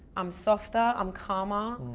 i'm softer, i'm calmer,